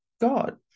God